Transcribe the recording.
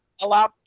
Allow